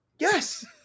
Yes